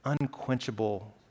unquenchable